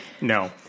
No